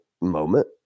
moment